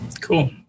Cool